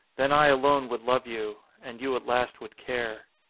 then i alone would love you and you at last would care.